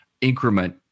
increment